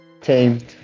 tamed